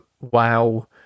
WoW